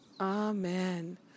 Amen